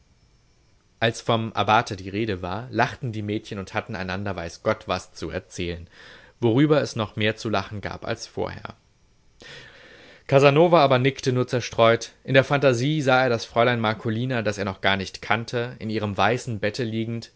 als vom abbate die rede war lachten die mädchen und hatten einander weiß gott was zu erzählen worüber es noch mehr zu lachen gab als vorher casanova aber nickte nur zerstreut in der phantasie sah er das fräulein marcolina das er noch gar nicht kannte in ihrem weißen bette liegend